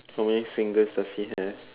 how many fingers does he have